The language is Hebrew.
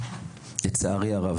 בנוגע לרפורמה,